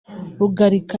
rugarika